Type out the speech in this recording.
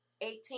eighteen